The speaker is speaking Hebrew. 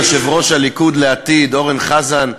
יושב-ראש הליכוד לעתיד אורן חזן,